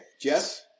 Jess